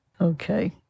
Okay